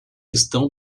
estão